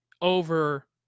over